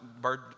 bird